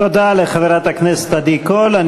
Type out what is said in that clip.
תודה לחברת הכנסת עדי קול.